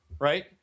right